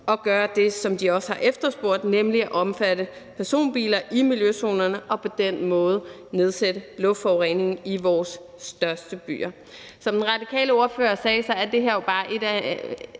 at gøre det, som de også har efterspurgt, nemlig at lade miljøzonerne omfatte personbiler, og på den måde nedsætte luftforureningen i vores største byer. Som den radikale ordfører sagde, er det her jo bare et af